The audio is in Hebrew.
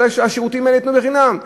שהשירותים האלה יינתנו בחינם.